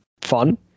fun